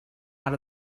out